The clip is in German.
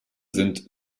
sind